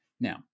Now